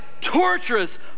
torturous